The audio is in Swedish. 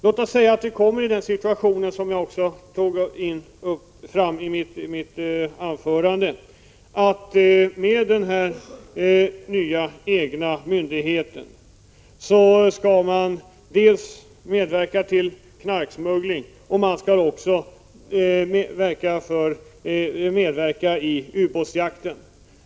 Låt säga att man kommer i den situationen — det tog jag upp också i mitt anförande — att man med den här nya myndigheten skall medverka dels vid bekämpandet av knarksmuggling, dels i ubåtsjakten.